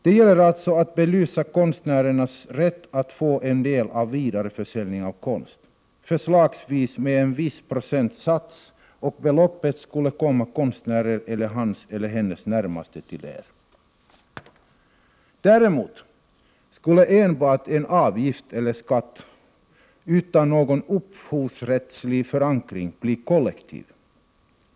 Det gäller alltså att belysa konstnärernas rätt att få en del av vidareförsäljningen av konst, förslagsvis med en viss procentsats, och beloppet skulle komma konstnären eller hans eller hennes närmaste till del. Däremot skulle enbart en avgift eller skatt utan någon upphovsrättslig förankring bli kollektiv.